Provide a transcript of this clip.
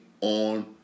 on